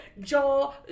jaw